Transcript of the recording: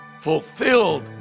fulfilled